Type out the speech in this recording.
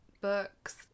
books